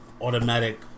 automatic